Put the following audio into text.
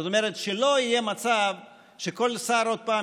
זאת אומרת שלא יהיה מצב שכל שר עוד פעם